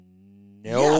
No